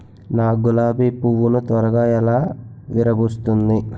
నా గులాబి పువ్వు ను త్వరగా ఎలా విరభుస్తుంది?